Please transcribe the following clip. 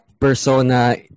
Persona